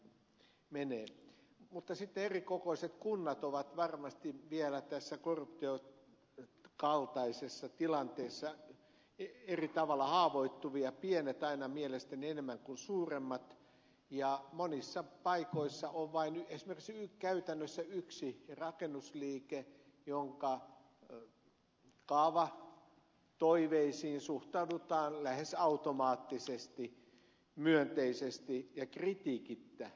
mutta sitten erikokoiset kunnat ovat varmasti vielä tässä korruption kaltaisessa tilanteessa eri tavalla haavoittuvia pienet aina mielestäni enemmän kuin suuremmat ja monissa paikoissa on vain esimerkiksi käytännössä yksi rakennusliike jonka kaavatoiveisiin suhtaudutaan lähes automaattisesti myönteisesti ja kritiikittä